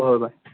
ꯍꯣꯏ ꯕꯥꯏ